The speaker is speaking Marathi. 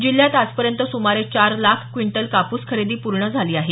जिल्ह्यात आजपर्यंत सुमारे चार लाख क्विंटल कापूस खरेदी पूर्ण करण्यात आली आहे